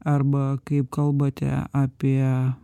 arba kaip kalbate apie